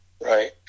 right